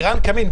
עירן קמין,